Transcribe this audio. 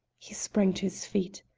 he sprang to his feet.